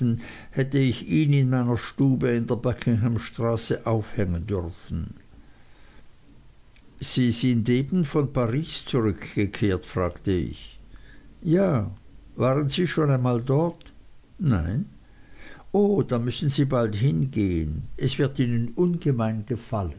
hätte ich ihn in meiner stube in der buckingham straße aufhängen dürfen sie sind eben von paris zurückgekehrt fragte ich ja waren sie schon einmal dort nein o dann müssen sie bald hingehen es wird ihnen ungemein gefallen